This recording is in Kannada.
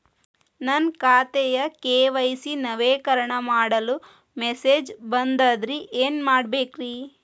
ನನ್ನ ಖಾತೆಯ ಕೆ.ವೈ.ಸಿ ನವೇಕರಣ ಮಾಡಲು ಮೆಸೇಜ್ ಬಂದದ್ರಿ ಏನ್ ಮಾಡ್ಬೇಕ್ರಿ?